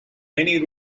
many